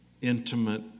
intimate